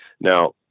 Now